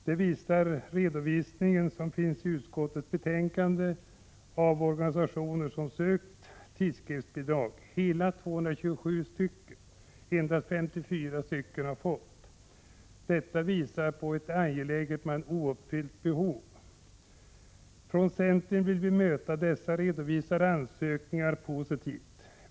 Detta framgår av den redovisning som finns i utskottsbetänkandet. Av hela 227 organisationer som sökt tidskriftsbidrag har endast 54 fått sådant. Det visar på ett angeläget men ouppfyllt behov. Från centern vill vi möta dessa redovisade ansökningar positivt.